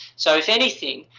so, if anything,